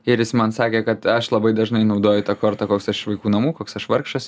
ir jis man sakė kad aš labai dažnai naudoju tą kortą koks aš iš vaikų namų koks aš vargšas